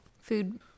food